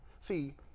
see